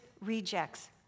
rejects